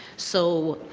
so